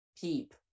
peep